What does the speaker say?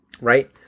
right